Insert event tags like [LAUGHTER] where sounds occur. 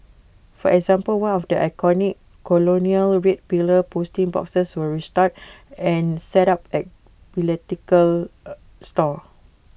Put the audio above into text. for example one of the iconic colonial red pillar posting boxes was restored and set up at philatelic [HESITATION] store